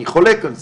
אני חולק על זה.